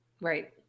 Right